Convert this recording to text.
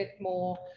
more